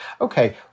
Okay